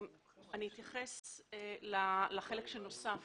אני אתייחס לחלק שנוסף